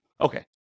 Okay